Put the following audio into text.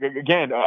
again